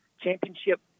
championship